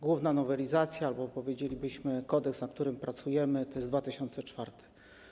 Główna nowelizacja albo, powiedzielibyśmy, kodeks, nad którym pracujemy, to rok 2004.